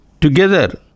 Together